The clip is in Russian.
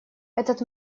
этот